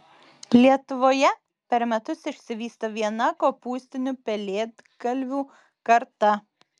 lietuvoje per metus išsivysto viena kopūstinių pelėdgalvių karta